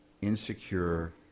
insecure